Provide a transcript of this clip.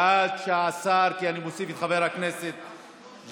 בעד, 19, כי אני מוסיף את חבר הכנסת ג'בארין,